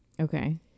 Okay